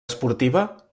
esportiva